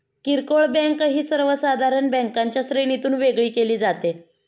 किरकोळ बँक ही सर्वसाधारण बँकांच्या श्रेणीतून वेगळी केली जाते